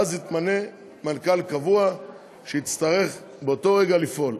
ואז יתמנה מנכ"ל קבוע שיצטרך באותו רגע לפעול.